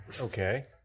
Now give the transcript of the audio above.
Okay